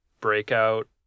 breakout